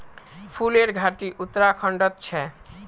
फूलेर घाटी उत्तराखंडत छे